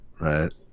right